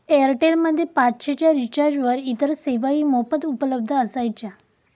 Airtel मध्ये पाचशे च्या रिचार्जवर इतर सेवाही मोफत उपलब्ध असायच्या